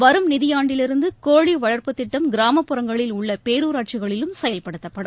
வரும் நிதியாண்டிலிருந்து கோழி வள்ப்புத் திட்டம் கிராமப்புறங்களில் உள்ள பேரூராட்சிகளிலும் செயல்படுத்தப்படும்